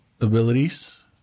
abilities